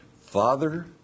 Father